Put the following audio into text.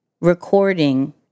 recording